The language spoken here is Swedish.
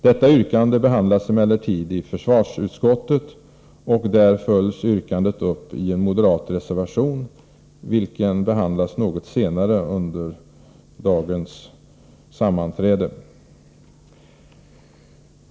Detta yrkande behandlas emellertid i försvarsutskottet, och där följs yrkandet uppi en moderat reservation, vilken kommer att diskuteras något senare under dagens sammanträde.